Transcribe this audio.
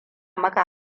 maka